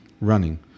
running